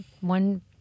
one